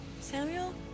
Samuel